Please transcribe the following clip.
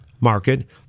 market